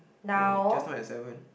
no just now at seven